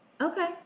okay